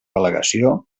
al·legació